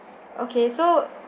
okay so